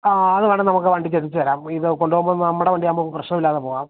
ആ അതു വേണമെങ്കില് നമുക്ക് വണ്ടിക്കെത്തിച്ചു തരാം ഈ ഇതു കൊണ്ടു പോകുമ്പോള് നമ്മുടെ വണ്ടിയാകുമ്പോള് പ്രശ്നമില്ലാതെ പോകാം